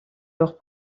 leurs